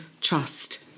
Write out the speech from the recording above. trust